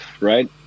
right